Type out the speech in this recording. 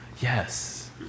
yes